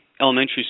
elementary